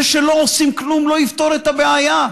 זה שלא עושים כלום לא יפתור את הבעיה.